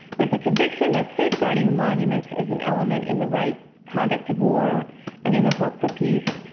with the conviction that safeguarding monuments is an element in the right conduct of war and in the hope for peace,